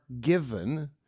given